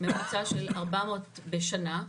ממוצע של 400 בשנה,